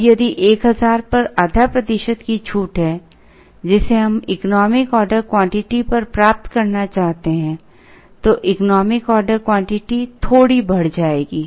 अब यदि 1000 पर आधा प्रतिशत की छूट है जिसे हम इकोनॉमिक ऑर्डर क्वांटिटी पर प्राप्त करना चाहते हैं तो इकोनॉमिक ऑर्डर क्वांटिटी थोड़ी बढ़ जाएगी